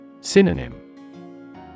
Synonym